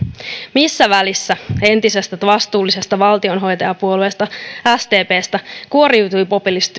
missä välissä entisestä vastuullisesta valtionhoitajapuolueesta sdpstä kuoriutui